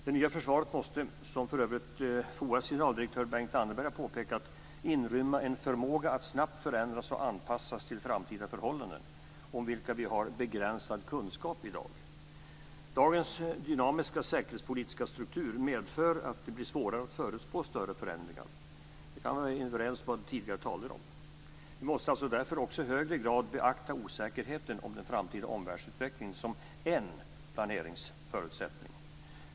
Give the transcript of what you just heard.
Det nya försvaret måste, som FOA:s generaldirektör Bengt Anderberg påpekat, inrymma en förmåga att snabbt förändras och anpassas till framtida förhållanden om vilka vi har begränsad kunskap i dag. Dagens dynamiska säkerhetspolitiska struktur medför att det blir svårare att förutspå större förändringar. Det kan jag vara överens med tidigare talare om. Vi måste alltså därför också i högre grad beakta osäkerheten om den framtida omvärldsutvecklingen som en planeringsförutsättning.